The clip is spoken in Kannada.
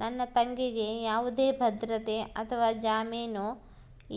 ನನ್ನ ತಂಗಿಗೆ ಯಾವುದೇ ಭದ್ರತೆ ಅಥವಾ ಜಾಮೇನು